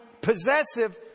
possessive